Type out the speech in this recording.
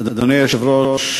אדוני היושב-ראש,